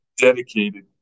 dedicated